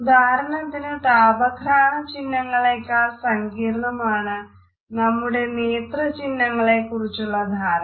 ഉദാഹരണത്തിന് താപ-ഘ്രാണ ചിഹ്നങ്ങളേക്കാൾ സങ്കീർണ്ണമാണ് നമ്മുടെ നേത്ര ചിഹ്നങ്ങളെക്കുറിച്ചുള്ള ധാരണ